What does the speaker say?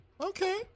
Okay